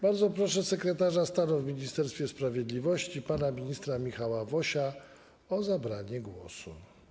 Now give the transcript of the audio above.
Bardzo proszę sekretarza stanu w Ministerstwie Sprawiedliwości pana ministra Michała Wosia o zabranie głosu.